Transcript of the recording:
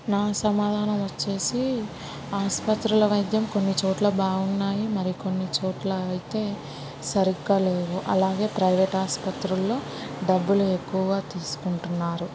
నా సమాధానం వచ్చేసి ఆసుపత్రుల వైద్యం కొన్ని చోట్ల బాగున్నాయి మరి కొన్ని చోట్ల అయితే సరిగ్గా లేవు అలాగే ప్రైవేట్ ఆసుపత్రుల్లో డబ్బులు ఎక్కువగా తీసుకుంటున్నారు